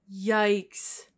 Yikes